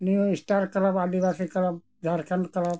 New star club Adivasi club Jharkhand club